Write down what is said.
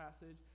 passage